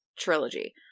trilogy